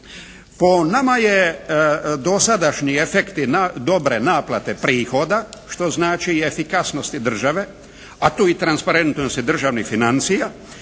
Po nama je dosadašnji efekti dobre naplate prihoda što znači i efikasnosti države, a tu i transparentno se državnih financija